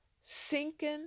sinking